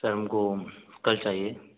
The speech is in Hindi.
सर हमको कल चाहिए